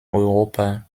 europa